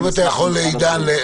אם אתה יכול רק למקד.